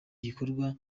gikorwa